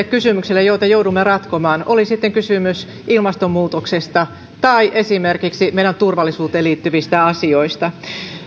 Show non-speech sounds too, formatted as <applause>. <unintelligible> kysymyksissä joita joudumme ratkomaan oli sitten kysymys ilmastonmuutoksesta tai esimerkiksi meidän turvallisuuteen liittyvistä asioista